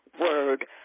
word